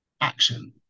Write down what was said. action